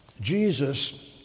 Jesus